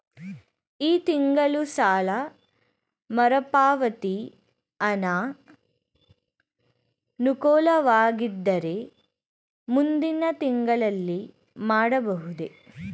ಈ ತಿಂಗಳು ಸಾಲ ಮರುಪಾವತಿ ಅನಾನುಕೂಲವಾಗಿದ್ದರೆ ಮುಂದಿನ ತಿಂಗಳಲ್ಲಿ ಮಾಡಬಹುದೇ?